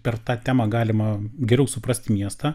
per tą temą galima geriau suprasti miestą